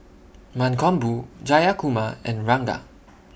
Mankombu Jayakumar and Ranga